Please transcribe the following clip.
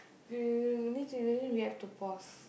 means we really we have to pause